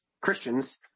Christians